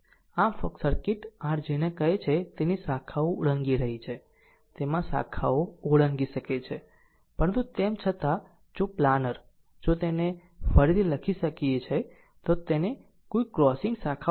આમ circuit r જેને કહે છે તેની શાખાઓ ઓળંગી રહી છે તેમાં શાખાઓ ઓળંગી શકે છે પરંતુ તેમ છતાં જો પ્લાનર જો તેને ફરીથી લખી શકાય છે તો તેની કોઈ ક્રોસિંગ શાખાઓ નથી